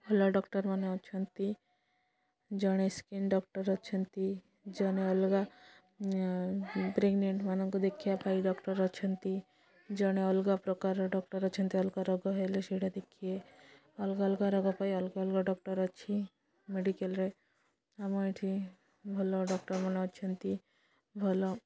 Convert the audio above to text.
ଭଲ ଡକ୍ଟର୍ ମାନେ ଅଛନ୍ତି ଜଣେ ସ୍କିନ୍ ଡକ୍ଟର୍ ଅଛନ୍ତି ଜଣେ ଅଲଗା ପ୍ରେଗନେଣ୍ଟ୍ ମାନଙ୍କୁ ଦେଖିବା ପାଇଁ ଡକ୍ଟର୍ ଅଛନ୍ତି ଜଣେ ଅଲଗା ପ୍ରକାରର ଡକ୍ଟର୍ ଅଛନ୍ତି ଅଲଗା ରୋଗ ହେଲେ ସେଇଟା ଦେଖିେ ଅଲଗା ଅଲଗା ରୋଗ ପାଇଁ ଅଲଗା ଅଲଗା ଡକ୍ଟର୍ ଅଛି ମେଡ଼ିକାଲ୍ରେ ଆମ ଏଇଠି ଭଲ ଡକ୍ଟର୍ମାନେ ଅଛନ୍ତି ଭଲ